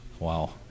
Wow